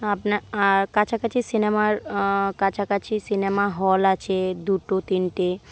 আপনা আর কাছাকাছি সিনেমার কাছাকাছি সিনেমা হল আছে দুটো তিনটে